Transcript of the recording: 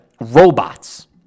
robots